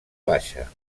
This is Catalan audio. baixa